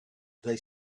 they